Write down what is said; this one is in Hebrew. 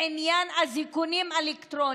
בעניין אזיקונים אלקטרוניים: